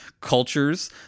Cultures